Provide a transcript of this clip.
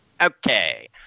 Okay